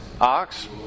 Ox